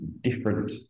different